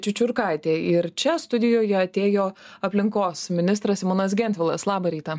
čiučiurkaitė ir čia studijoje atėjo aplinkos ministras simonas gentvilas labą rytą